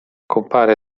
compare